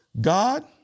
God